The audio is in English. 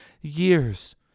years